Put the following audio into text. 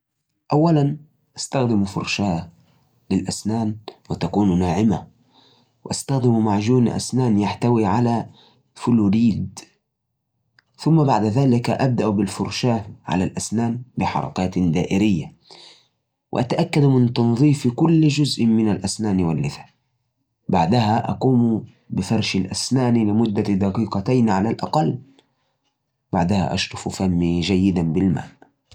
أول شيء، خذ فرشاة أسنانك وحط عليها معجون الأسنان. بعدين، ابدأ بفرك الأسنان من الأعلى للأسفل. وركز على الجوانب والسطوح الداخلية. إستمر في الفرك لمدة دقيقتين. وبعدين، إغسل فمك بالماء. لا تنسى تنظيف لسانك كمان.